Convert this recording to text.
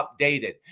updated